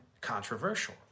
controversial